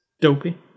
dopey